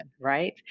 right